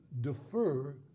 defer